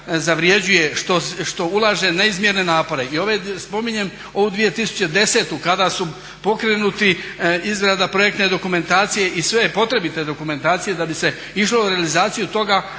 zavrjeđuje što ulaže neizmjerne napore. I spominjem ovu 2010. kada su pokrenuti izrada projektne dokumentacije i sve potrebite dokumentacije da bi se išlo u realizaciju toga